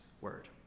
word